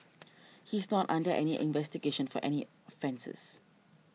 he is not under investigation for any offences